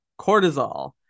cortisol